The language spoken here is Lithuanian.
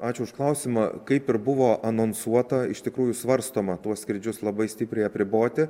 ačiū už klausimą kaip ir buvo anonsuota iš tikrųjų svarstoma tuos skrydžius labai stipriai apriboti